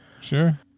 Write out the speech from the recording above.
sure